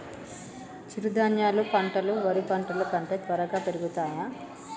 చిరుధాన్యాలు పంటలు వరి పంటలు కంటే త్వరగా పెరుగుతయా?